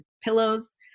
pillows